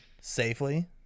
safely